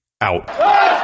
out